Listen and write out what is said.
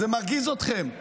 זה מרגיז אתכם,